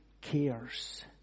cares